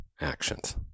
actions